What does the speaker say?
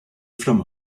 from